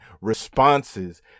responses